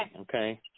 Okay